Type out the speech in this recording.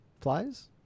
flies